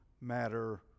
matter